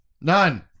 None